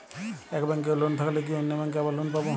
এক ব্যাঙ্কে লোন থাকলে কি অন্য ব্যাঙ্কে আবার লোন পাব?